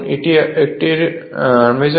এটি এর আর্মেচার